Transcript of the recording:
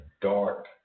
dark